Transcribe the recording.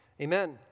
Amen